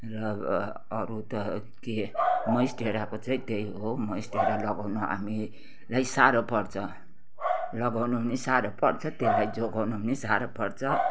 र अरू त के मोन्सटेराको चाहिँ त्यही हो मोन्सटेरा लगाउनु हामीलाई साह्रो पर्छ लगाउनु नि साह्रो पर्छ त्यसलाई जोगाउनु नि साह्रो पर्छ